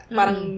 Parang